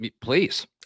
Please